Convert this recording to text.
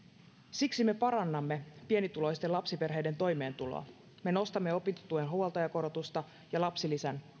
siksi me parannamme pienituloisten lapsiperheiden toimeentuloa me nostamme opintotuen huoltajakorotusta ja lapsilisän